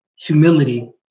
humility